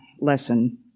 lesson